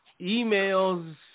emails